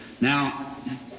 Now